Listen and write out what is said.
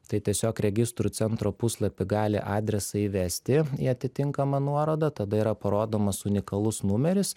tai tiesiog registrų centro puslapy gali adresą įvesti į atitinkamą nuorodą tada yra parodomas unikalus numeris